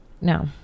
No